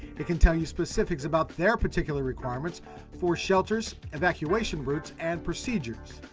it can tell you specifics about their particular requirements for shelters, evacuation routes, and procedures.